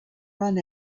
run